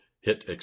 Hit